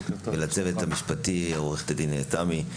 ולצוות המשפטי עורכת הדין תמי.